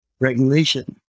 regulation